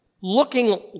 looking